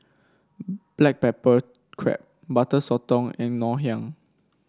Black Pepper Crab Butter Sotong and Ngoh Hiang